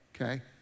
okay